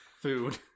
food